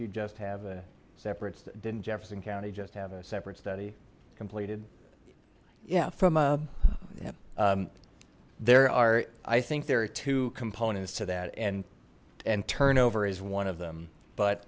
just have a separates didn't jefferson county just have a separate study completed yeah from there are i think there are two components to that and and turnover is one of them but